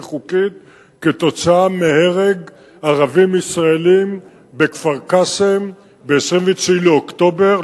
חוקית כתוצאה מהרג ערבים ישראלים בכפר-קאסם ב-29 באוקטובר,